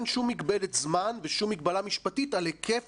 אין שום מגבלת זמן ושום מגבלה משפטית על היקף